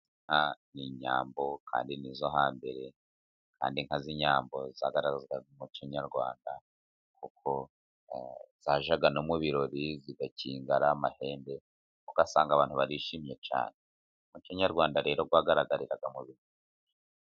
Inka ni inyambo, kandi ni izo hambere, kandi inka z'innyambo zagaragazaga umuco nyarwanda, kuko zajyaga mu birori zigakinga ariya mahembe, ugasanga abantu barishimye cyane, umucoyarwanda rero wagaragariraga mu bintu byinshi.